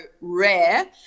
Rare